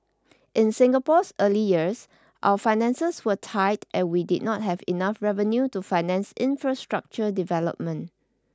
in Singapore's early years our finances were tight and we did not have enough revenue to finance infrastructure development